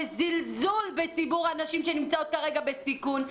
זה זלזול בציבור הנשים שנמצאות כרגע בסיכון.